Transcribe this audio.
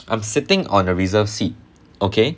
I'm sitting on the reserve seat okay